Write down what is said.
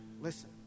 listen